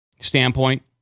standpoint